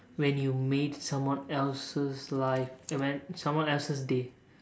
when you made someone else's life when someone else's day